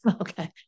Okay